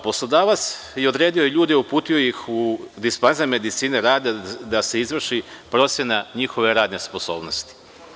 Poslodavac je odredio ljude i uputio ih u dispanzer medicine rada da se izvrši procena njihove radne sposobnosti.